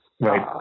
Right